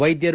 ವೈದ್ಯರು